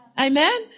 Amen